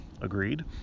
Agreed